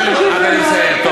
אסיים.